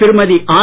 Thirumathi R